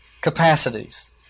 capacities